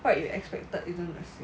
what you expected isn't the same